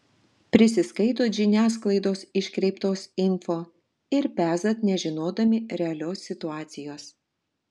prisiskaitot žiniasklaidos iškreiptos info ir pezat nežinodami realios situacijos